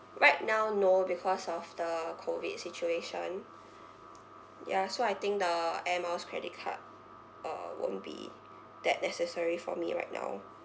right now no because of the COVID situation ya so I think the air miles credit card uh won't be that necessary for me right now